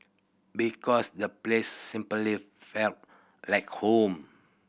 because the place simply felt like home